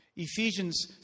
Ephesians